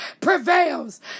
prevails